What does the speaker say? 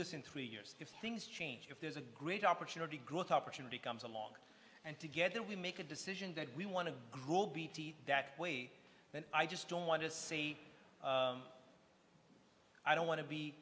this in three years if things change if there's a great opportunity growth opportunity comes along and together we make a decision that we want to be that way but i just don't want to say i don't want to be